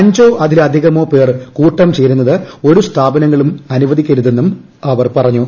അഞ്ചോ അതിലധികമോ പേർ കൂട്ടം ചേരുന്നത് ഒരു സ്ഥാപനങ്ങളും അനുവദിക്കരുതെന്നും അവർ പറഞ്ഞു